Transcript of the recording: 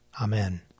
Amen